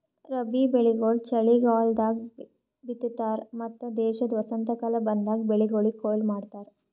ರಬ್ಬಿ ಬೆಳಿಗೊಳ್ ಚಲಿಗಾಲದಾಗ್ ಬಿತ್ತತಾರ್ ಮತ್ತ ದೇಶದ ವಸಂತಕಾಲ ಬಂದಾಗ್ ಬೆಳಿಗೊಳಿಗ್ ಕೊಯ್ಲಿ ಮಾಡ್ತಾರ್